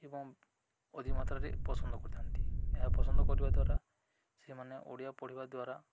ଏବଂ ଅଧିକ ମାତ୍ରାରେ ପସନ୍ଦ କରିଥାନ୍ତି ଏହା ପସନ୍ଦ କରିବା ଦ୍ୱାରା ସେମାନେ ଓଡ଼ିଆ ପଢ଼ିବା ଦ୍ୱାରା